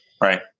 Right